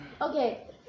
okay